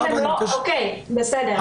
בסדר.